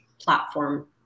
platform